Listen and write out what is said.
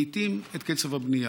מאיטים את קצב הבנייה.